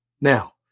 Now